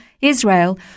Israel